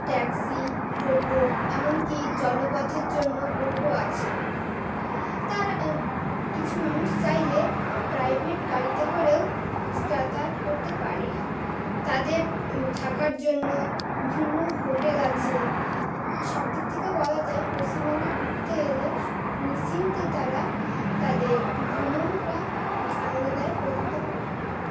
taxi টোটো এমনকি জলপথের জন্য বোটও আছে তারা কিছু মানুষ চাইলে প্রাইভেট গাড়িতে করেও যাতায়াত করতে পারে তাদের থাকার জন্য বিভিন্ন হোটেল আছে সব দিক থেকে বলা যায় পশ্চিমবঙ্গে ঘুরতে এলে নিশ্চিন্তেই তারা তাদের ভ্রমণটা আনন্দদায়ক করে তুলতে পারে